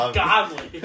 godly